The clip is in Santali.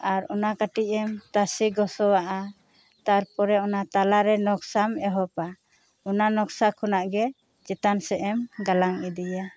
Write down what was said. ᱟᱨ ᱚᱱᱟ ᱠᱟᱹᱴᱤᱢ ᱮᱢ ᱛᱟᱥᱮ ᱜᱚᱥᱚᱣᱟᱜᱼᱟ ᱛᱟᱨᱯᱚᱨᱮ ᱚᱱᱟ ᱛᱟᱞᱟ ᱨᱮ ᱱᱚᱠᱥᱟᱢ ᱮᱦᱚᱵᱟ ᱚᱱᱟ ᱱᱚᱠᱥᱟ ᱠᱷᱚᱱᱟᱜ ᱜᱮ ᱪᱮᱛᱟᱱ ᱥᱮᱫ ᱮᱢ ᱜᱟᱞᱟᱝ ᱤᱫᱤᱭᱟ